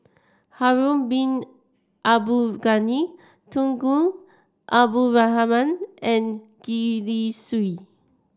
Harun Bin Abdul Ghani Tunku Abdul Rahman and Gwee Li Sui